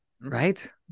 right